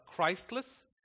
Christless